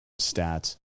stats